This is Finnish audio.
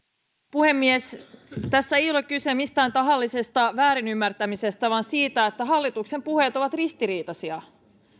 puhemies tässä ei ole kyse mistään tahallisesta väärin ymmärtämisestä vaan siitä että hallituksen puheet ovat ristiriitaisia